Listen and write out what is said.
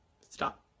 stop